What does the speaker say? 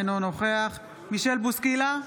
אינו נוכח מישל בוסקילה,